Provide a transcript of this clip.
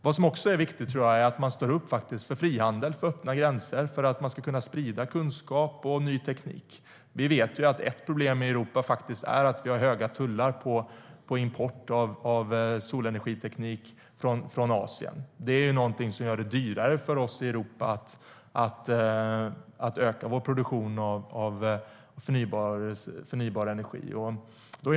Vad som också är viktigt är att man står upp för frihandel och för öppna gränser så att man kan sprida kunskap och ny teknik. Vi vet ju att ett problem i Europa är att vi har höga tullar på import av solenergiteknik från Asien. Det är någonting som gör det dyrare för oss i Europa att öka vår produktion av förnybar energi.